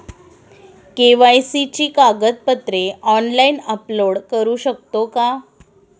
KYC ची कागदपत्रे online upload करू शकतो का?